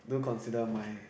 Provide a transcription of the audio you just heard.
do consider my